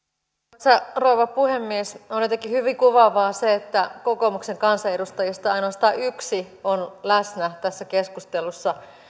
arvoisa rouva puhemies on jotenkin hyvin kuvaavaa se että kokoomuksen kansanedustajista ainoastaan yksi on läsnä tässä keskustelussa